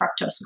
fructose